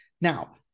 Now